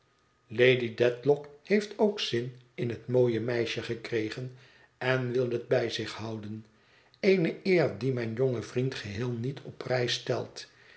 lady dedlock heeft ook zin in het mooie meisje gekregen en wil het bij zich houden eene eer die mijn jonge vriend geheel niet op prijs stelt